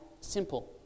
simple